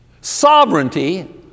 sovereignty